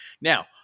Now